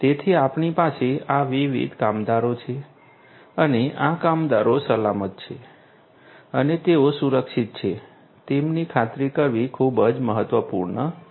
તેથી આપણી પાસે આ વિવિધ કામદારો છે અને આ કામદારો સલામત છે અને તેઓ સુરક્ષિત છે તેની ખાતરી કરવી ખૂબ જ મહત્વપૂર્ણ છે